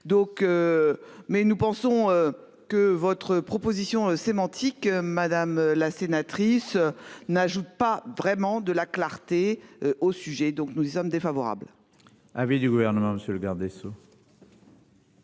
Mais nous pensons que votre proposition sémantique madame la sénatrice n'ajoute pas vraiment de la clarté au sujet donc nous sommes défavorables.